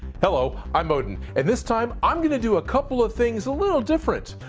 hello, i'm odin. and this time i'm going to do a couple of things a little different.